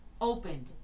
opened